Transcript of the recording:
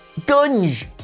Gunge